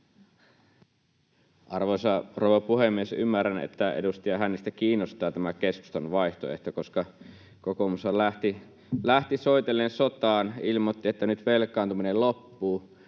rouva puhemies! Ymmärrän, että edustaja Hännistä kiinnostaa tämä keskustan vaihtoehto, [Juha Hänninen: Kyllä!] koska kokoomushan lähti soitellen sotaan ja ilmoitti, että nyt velkaantuminen loppuu,